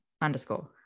Underscore